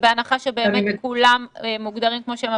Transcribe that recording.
בהנחה שבאמת כולם מוגדרים כמו שהם,